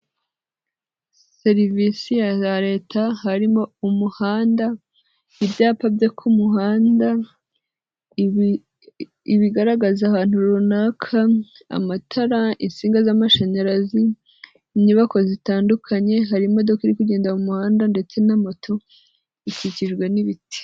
Serivisi za leta harimo umuhanda, ibyapa byo ku muhanda, ibigaragaza ahantu runaka, amatara insinga z'amashanyarazi, inyubako zitandukanye, hari imodoka iri kugenda mu muhanda ndetse n'amato ikikijwe n'ibiti.